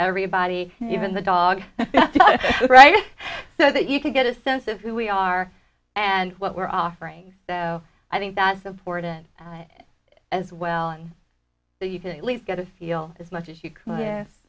everybody even the dog right so that you could get a sense of who we are and what we're offering so i think that's important as well and that you can at least get a feel as much